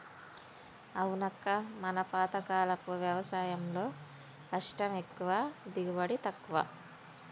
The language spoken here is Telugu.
అవునక్క మన పాతకాలపు వ్యవసాయంలో కష్టం ఎక్కువ దిగుబడి తక్కువ